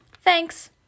Thanks